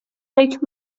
فکر